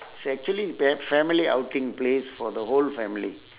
it's actually pa~ family outing place for the whole family